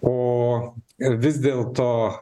o ir vis dėl to